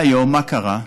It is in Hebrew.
והיום מה קרה?